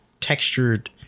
textured